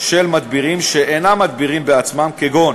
של מדבירים, שאינם מדבירים בעצמם, כגון